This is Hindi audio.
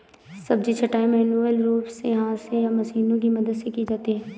सब्जी छँटाई मैन्युअल रूप से हाथ से या मशीनों की मदद से की जाती है